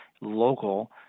local